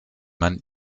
man